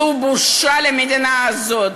זו בושה למדינה הזאת.